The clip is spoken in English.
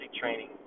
training